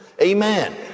Amen